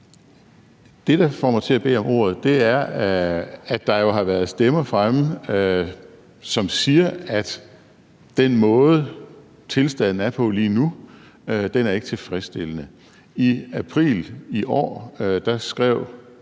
Det, der får mig til at bede om ordet, er, at der har været stemmer fremme, som siger, at den måde, tilstanden er her på lige nu, ikke er tilfredsstillende. I april i år skrev